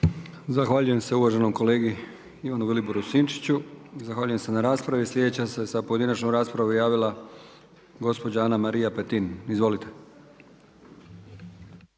Zahvaljujem se uvaženom kolegi Ivanu Viliboru Sinčiću, zahvaljujem se na raspravi. Sljedeća se za pojedinačnu raspravu javila gospođa Ana-Marija Petin. Izvolite.